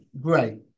great